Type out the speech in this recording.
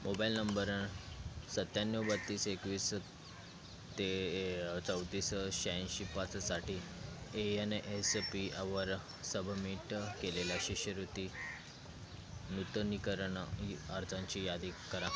mobile number सत्त्याण्णव बत्तीस एकवीस ते चौतीस शहाऐंशी पाचसाठी ए एन एस पीवर सबमिट केलेल्या शिष्यवृत्ती नूतनीकरण य अर्जांची यादी करा